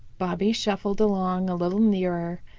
bobby shuffled along a little nearer,